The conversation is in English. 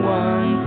one